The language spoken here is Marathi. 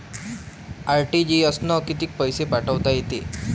आर.टी.जी.एस न कितीक पैसे पाठवता येते?